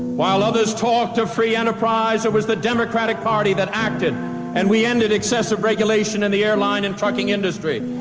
while others talk to free enterprise, it was the democratic party that acted and we ended excessive regulation in the airline and trucking industry,